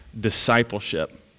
discipleship